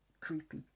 creepy